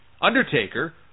Undertaker